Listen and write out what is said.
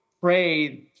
pray